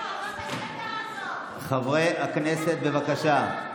חברי הכנסת, בבקשה.